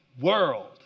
world